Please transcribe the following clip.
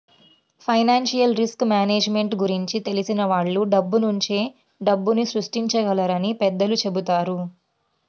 financial risk management గురించి తెలిసిన వాళ్ళు డబ్బునుంచే డబ్బుని సృష్టించగలరని పెద్దలు చెబుతారు